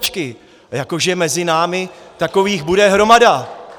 A jako že mezi námi takových bude hromada.